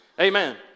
Amen